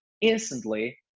instantly